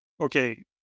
okay